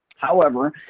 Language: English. however,